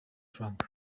trump